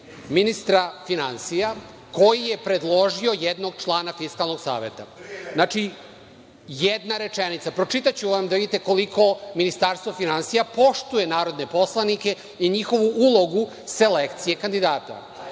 ministra finansija koji je predložio jednog člana Fiskalnog saveta. Znači, jedna rečenica. Pročitaću vam da vidite koliko Ministarstvo finansija poštuje narodne poslanike i njihovu ulogu selekcije kandidata. Kaže,